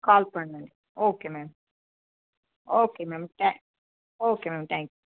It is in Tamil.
கால் பண்ணுங்கள் okay ma'am okay ma'am okay ma'am thank